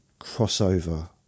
crossover